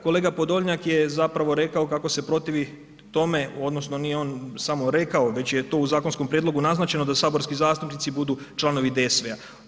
Kolega Podolnjak je zapravo rekao kako se protivi tome odnosno nije on samo rekao već je to u zakonskom prijedlogu naznačeno da saborski zastupnici budu članovi DSV-a.